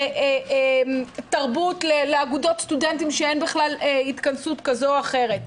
על תרבות לאגודות סטודנטים שאין כלל התכנסות כזו או אחרת.